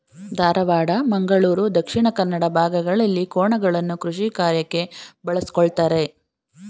ಧಾರವಾಡ, ಮಂಗಳೂರು ದಕ್ಷಿಣ ಕನ್ನಡ ಭಾಗಗಳಲ್ಲಿ ಕೋಣಗಳನ್ನು ಕೃಷಿಕಾರ್ಯಕ್ಕೆ ಬಳಸ್ಕೊಳತರೆ